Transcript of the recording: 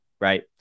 Right